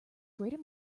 greater